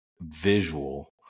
visual